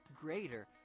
greater